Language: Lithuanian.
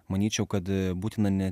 manyčiau kad būtina ne